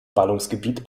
ballungsgebiet